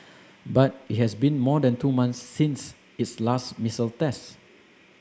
but it has been more than two months since its last missile test